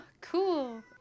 cool